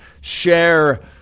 share